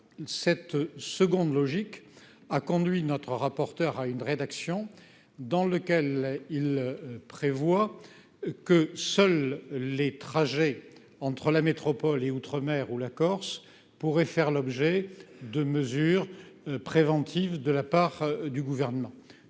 cette seconde logique a conduit notre rapporteur à une rédaction dans lequel il prévoit que seuls les trajets entre la métropole et Outre-mer ou la Corse pourrait faire l'objet de mesures préventives de la part du gouvernement,